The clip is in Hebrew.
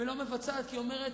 ולא מתבצעת כי היא אומרת: